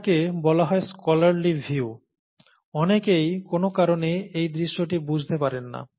এটাকে বলা হয় স্কলারলি ভিউ অনেকেই কোন কারণে এই দৃশ্যটি বুঝতে পারেন না